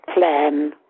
plan